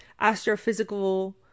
astrophysical